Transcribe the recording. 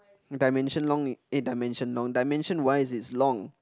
dimension long eh dimension long dimension wise is long